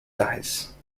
dice